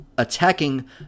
Attacking